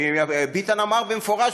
ביטן אמר במפורש,